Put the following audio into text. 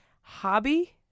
hobby